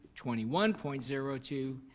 twenty one point zero two,